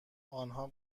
آنها